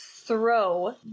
throw